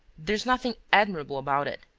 there's nothing admirable about it.